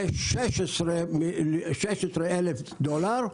ל-16,000 דולר,